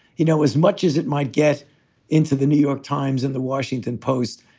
you know, as much as it might get into the new york times and the washington post,